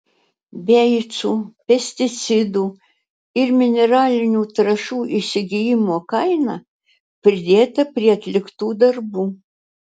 beicų pesticidų ir mineralinių trąšų įsigijimo kaina pridėta prie atliktų darbų